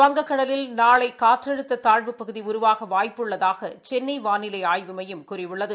வங்கக்கடலில் நாளை காற்றழுத்த தாழ்வுபகுதி உருவாக வாய்ப்பு உள்ளதாக சென்னை வானிலை ஆய்வு மையம் கூறியுள்ளது